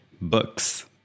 books